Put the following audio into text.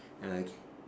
uh okay